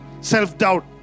Self-doubt